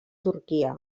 turquia